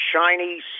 shiny